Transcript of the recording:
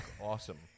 awesome